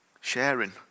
Sharing